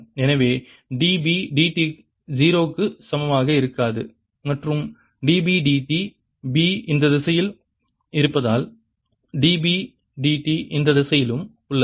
எனவே dB dt 0 க்கு சமமாக இருக்காது மற்றும் dB dt B இந்த திசையில் இருப்பதால் dB dt இந்த திசையிலும் உள்ளது